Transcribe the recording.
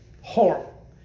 horrible